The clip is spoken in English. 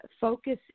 focus